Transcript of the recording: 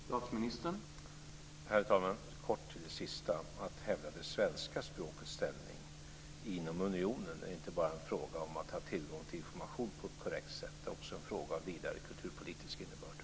Herr talman! Jag vill bara kort kommentera det sista. Att hävda det svenska språkets ställning inom unionen är inte bara en fråga om att ha tillgång till information på ett korrekt sätt. Det är också en fråga med vida kulturpolitisk innebörd.